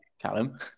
Callum